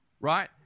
Right